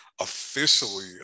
officially